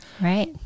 Right